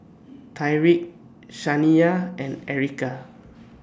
Tyrique Shaniya and Erica